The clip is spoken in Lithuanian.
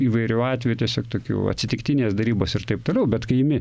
įvairių atvejų tiesiog tokių atsitiktinės darybos ir taip toliau bet kai imi